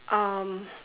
um